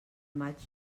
maig